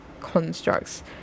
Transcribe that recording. constructs